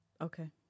Okay